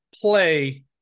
play